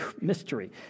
mystery